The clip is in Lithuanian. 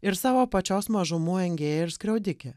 ir savo pačios mažumų engėja ir skriaudikė